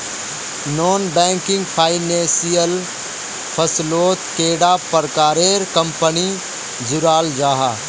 Non banking financial फसलोत कैडा प्रकारेर कंपनी जुराल जाहा?